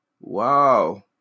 Wow